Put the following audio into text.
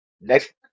next